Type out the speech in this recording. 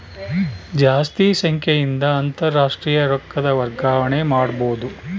ಜಾಸ್ತಿ ಸಂಖ್ಯೆಯಿಂದ ಅಂತಾರಾಷ್ಟ್ರೀಯ ರೊಕ್ಕದ ವರ್ಗಾವಣೆ ಮಾಡಬೊದು